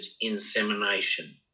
insemination